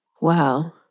Wow